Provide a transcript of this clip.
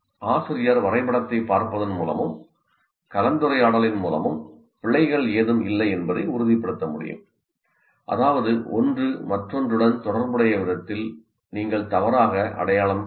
ஆசிரியர் வரைபடத்தைப் பார்ப்பதன் மூலமும் கலந்துரையாடலின் மூலமும் பிழைகள் ஏதும் இல்லை என்பதை உறுதிப்படுத்த முடியும் அதாவது ஒன்று மற்றொன்றுடன் தொடர்புடைய விதத்தில் நீங்கள் தவறாக அடையாளம் காணவில்லை